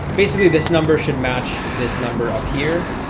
basically this number should match this number up here